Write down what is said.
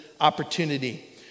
opportunity